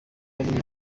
barimo